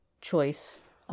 choice